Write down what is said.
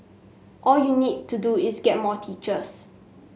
all you need to do is get more teachers